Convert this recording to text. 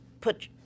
put